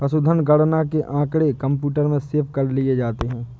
पशुधन गणना के आँकड़े कंप्यूटर में सेव कर लिए जाते हैं